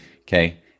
Okay